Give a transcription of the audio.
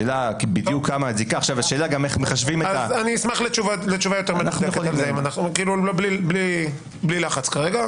השאלה היא בדיוק כמה הזיקה ואיך מחשבים את --- בלי לחץ כרגע,